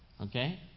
Okay